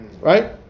right